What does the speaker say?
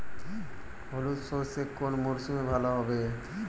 হলুদ সর্ষে কোন মরশুমে ভালো হবে?